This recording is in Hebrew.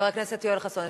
חבר הכנסת יואל חסון,